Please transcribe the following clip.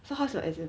so how's your exam